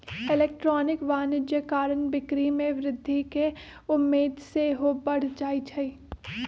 electronic वाणिज्य कारण बिक्री में वृद्धि केँ उम्मेद सेहो बढ़ जाइ छइ